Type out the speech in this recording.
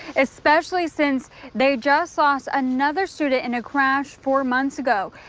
especially since they just toss another student in a crash four months ago.